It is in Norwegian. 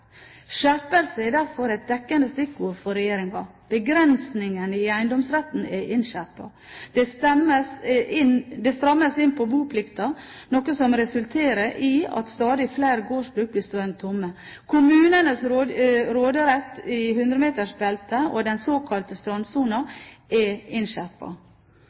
Skjerpelse er derfor et dekkende stikkord for regjeringen. Begrensningen i eiendomsretten er innskjerpet. Det strammes inn på boplikten, noe som resulterer i at stadig flere gårdsbruk blir stående tomme. Kommunenes råderett i hundremetersbeltet og den såkalte strandsonen er